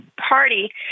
party